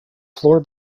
floor